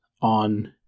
on